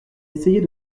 essayait